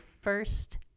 first